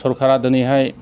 सोरखारा दिनैहाय